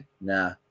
nah